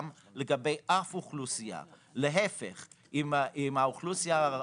לגבי אף אוכלוסייה להיפך; עם האוכלוסייה הערבית,